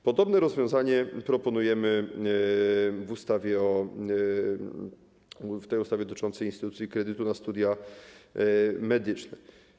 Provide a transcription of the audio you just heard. Podobne rozwiązanie proponujemy w tej ustawie dotyczącej instytucji kredytu na studia medyczne.